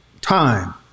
Time